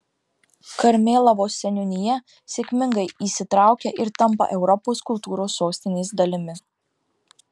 karmėlavos seniūnija sėkmingai įsitraukia ir tampa europos kultūros sostinės dalimi